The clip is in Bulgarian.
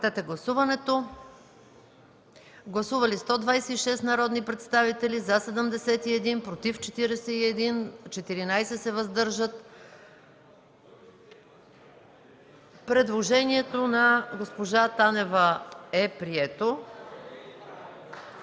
Предложението на госпожа Танева е прието.